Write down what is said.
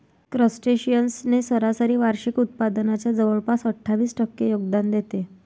crustaceans ने सरासरी वार्षिक उत्पादनाच्या जवळपास अठ्ठावीस टक्के योगदान देते